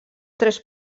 tres